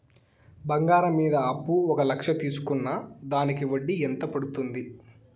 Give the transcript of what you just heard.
బంగారం మీద అప్పు ఒక లక్ష తీసుకున్న దానికి వడ్డీ ఎంత పడ్తుంది?